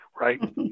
right